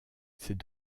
c’est